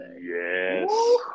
Yes